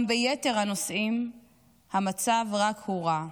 גם ביתר הנושאים המצב רק הורע.